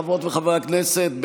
חברות וחברי הכנסת,